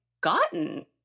gotten